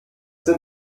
sind